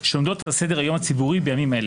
שעומדות על סדר היום הציבורי בימים אלה,